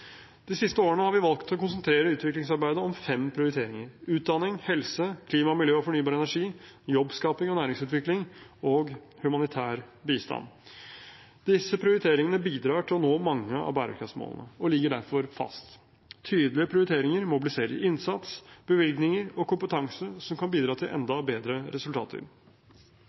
De siste årene har vi valgt å konsentrere utviklingsarbeidet om fem prioriteringer: utdanning helse klima, miljø og fornybar energi jobbskaping og næringsutvikling humanitær bistand Disse prioriteringene bidrar til å nå mange av bærekraftsmålene og ligger derfor fast. Tydelige prioriteringer mobiliserer innsats, bevilgninger og kompetanse som kan bidra til enda bedre resultater.